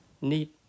need